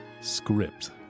Script